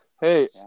Hey